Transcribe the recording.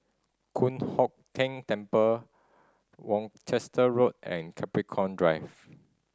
Kong Hock Keng Temple Worcester Road and Capricorn Drive